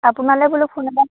আপোনালৈ বোলো ফোন এটা